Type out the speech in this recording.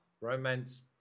Romance